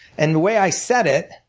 and the way i said it,